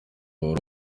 wari